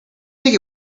think